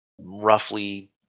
roughly